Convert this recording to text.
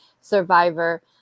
survivor